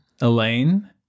Elaine